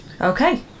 okay